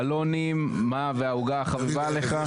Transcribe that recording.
בלונים והעוגה החביבה עליך.